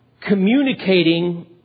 communicating